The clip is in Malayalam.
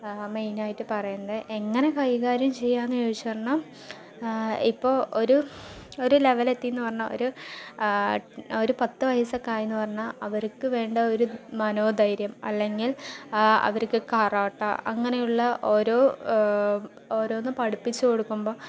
മെയിൻ ആയിട്ട് പറയുന്നത് എങ്ങനെ കൈകാര്യം ചെയ്യുക എന്ന് ചോദിച്ച് പറഞ്ഞാൽ ഇപ്പോൾ ഒരു ഒരു ലെവൽ എത്തി എന്ന് പറഞ്ഞാൽ ഒരു ഒരു പത്തുവയസ്സൊക്കെ ആയി എന്ന് പറഞ്ഞാൽ അവർക്ക് വേണ്ട ഒരു മനോധൈര്യം അല്ലെങ്കിൽ അവർക്ക് കരാട്ടെ അങ്ങനെയുള്ള ഓരോ ഓരോന്ന് പഠിപ്പിച്ചു കൊടുക്കുമ്പോൾ